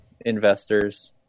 investors